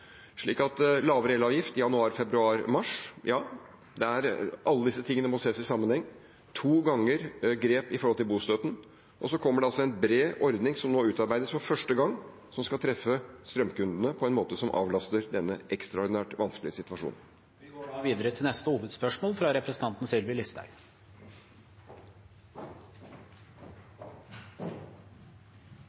Lavere elavgift i januar, februar og mars og to ganger grep knyttet til bostøtten – alle disse tingene må ses i sammenheng. Og så kommer det altså en bred ordning som nå utarbeides for første gang, som skal treffe strømkundene på en måte som avlaster denne ekstraordinært vanskelige situasjonen. Vi går videre til neste hovedspørsmål.